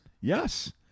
yes